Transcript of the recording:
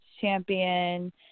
champion